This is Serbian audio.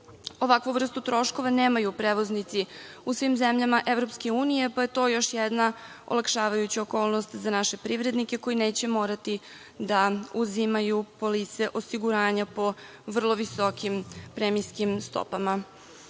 Ovakvu vrstu troškova nemaju prevoznici u svim zemljama EU pa je to još jedna od olakšavajućih okolnosti za naše privrednike koji neće morati da uzimaju polise osiguranja po vrlo visokom stopama. Vrlo